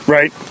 Right